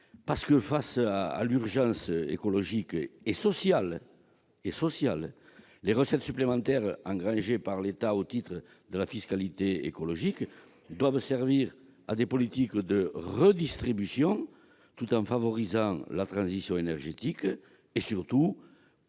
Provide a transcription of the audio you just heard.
amendement. Face à l'urgence écologique et sociale, les recettes supplémentaires engrangées par l'État au titre de la fiscalité écologique doivent servir à des politiques de redistribution, tout en favorisant la transition énergétique, surtout